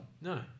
No